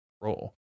role